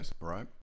right